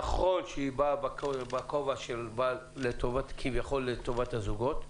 ונכון שהיא כביכול לטובת הזוגות.